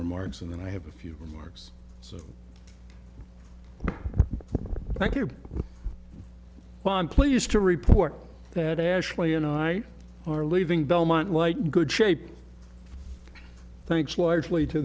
remarks and then i have a few remarks so thank you well i'm pleased to report that ashley and i are leaving belmont light in good shape thanks largely to